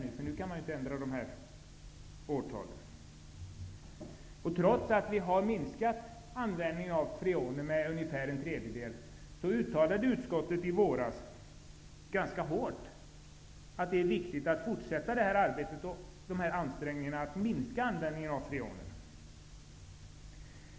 Vi kan ju inte utan vidare ändra det. Trots att vi har åstadkommit en minskning av användningen av freoner med ungefär en tredjedel, uttalade utskottet i våras ganska starkt att det är viktigt med fortsatta ansträngningar i det här arbetet.